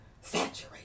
saturate